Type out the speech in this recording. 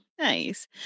Nice